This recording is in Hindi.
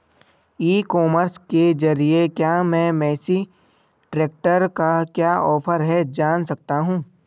ई कॉमर्स के ज़रिए क्या मैं मेसी ट्रैक्टर का क्या ऑफर है जान सकता हूँ?